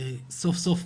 סוף סוף,